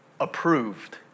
approved